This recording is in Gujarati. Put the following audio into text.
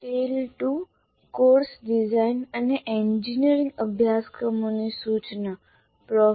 ટેલ 2 કોર્સ ડિઝાઇન અને એન્જિનિયરિંગ અભ્યાસક્રમોની સૂચના પ્રો